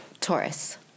Taurus